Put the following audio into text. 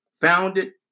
founded